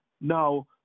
now